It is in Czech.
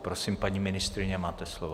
Prosím, paní ministryně, máte slovo.